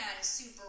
super